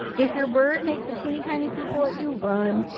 if your bird makes a teenie tiny pupil at you, run.